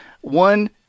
one